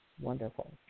Wonderful